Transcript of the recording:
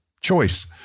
choice